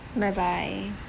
bye bye